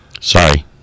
Sorry